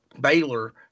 baylor